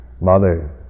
mother